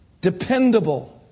dependable